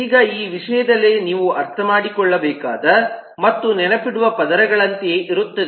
ಈಗ ಈ ವಿಷಯದಲ್ಲಿ ನೀವು ಅರ್ಥಮಾಡಿಕೊಳ್ಳಬೇಕಾದ ಮತ್ತು ನೆನಪಿಡುವ ಪದಗಳಂತೆಯೇ ಇರುತ್ತವೆ